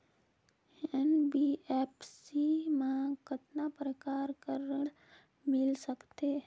NBFC मा कतना प्रकार कर ऋण मिल सकथे?